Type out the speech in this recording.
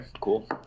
cool